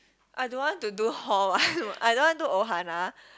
I don't want to do hall [one] I don't want do Ohana